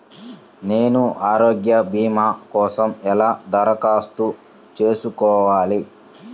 నేను ఆరోగ్య భీమా కోసం ఎలా దరఖాస్తు చేసుకోవాలి?